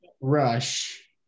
Rush